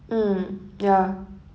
mm ya